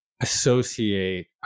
associate